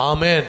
Amen